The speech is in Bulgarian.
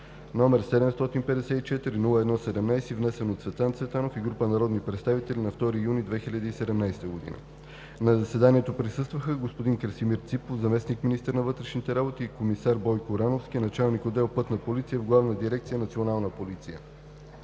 № 754-01-17, внесен от Цветан Цветанов и група народни представители на 2 юни 2017 г. На заседанието присъстваха: господин Красимир Ципов – заместник-министър на вътрешните работи, и комисар Бойко Рановски – началник отдел „Пътна полиция“ в Главна дирекция „Национална полиция“.